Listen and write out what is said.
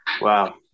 Wow